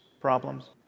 problems